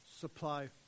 supply